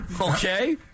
Okay